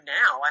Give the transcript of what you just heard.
now